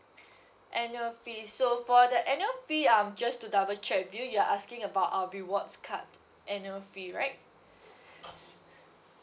annual fee so for the annual fee um just to double check with you you're asking about uh rewards card annual fee right